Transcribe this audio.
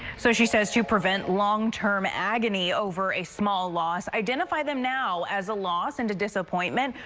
so she says to prevent long-term agony over a small loss, identify them now as a loss and disappointment.